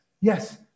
Yes